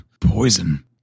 Poison